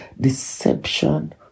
deception